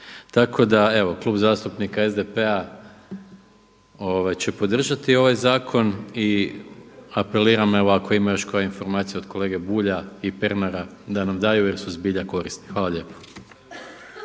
Tako da evo, Klub zastupnika SDP-a će podržati ovaj zakon i apeliram evo ako ima još koja informacija od kolege Bulja i Pernara da nam daju jer su zbilja korisne. **Vrdoljak,